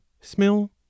smell